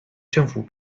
政府